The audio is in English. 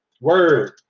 Word